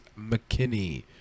McKinney